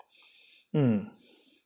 mm